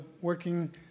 working